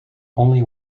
only